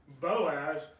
Boaz